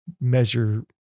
measure